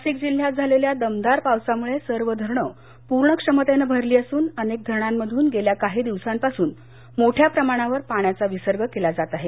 नाशिक जिल्ह्यात झालेल्या दमदार पावसामूळे सर्व धरण पूर्ण क्षमतेनं भरली असून अनेक धरणांमधून गेल्या काही दिवसांपासून मोठ्या प्रमाणावर पाण्याचा विसर्ग केला जात आहे